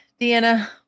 Deanna